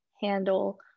handle